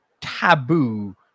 taboo